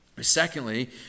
Secondly